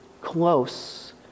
close